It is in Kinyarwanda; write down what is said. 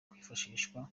kwifashishwa